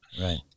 Right